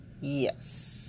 yes